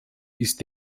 ist